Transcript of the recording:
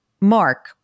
Mark